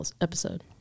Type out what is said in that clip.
episode